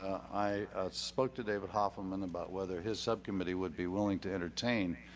i spoke to david hoffman about whether his subcommittee would be willing to entertain